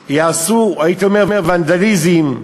יעשו, הייתי אומר, ונדליזם.